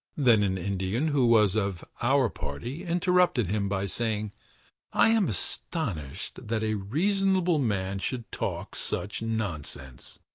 then an indian who was of our party, interrupted him by saying i am astonished that a reasonable man should talk such nonsense.